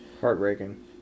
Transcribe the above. Heartbreaking